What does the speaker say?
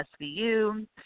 SVU